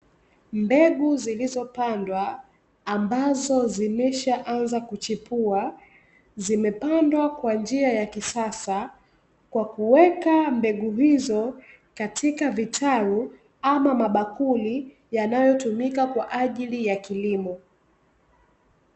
Mbegu zilizopandwa ambazo zimeshaanza kuchipua, zimepandwa kwa njia za kisasa kwa kuweka mbegu hizo katika vitalu ama mabakuli yanayotumika kwa ajili ya kilimo.